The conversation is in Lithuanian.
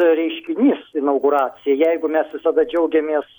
reiškinys inauguracija jeigu mes visada džiaugiamės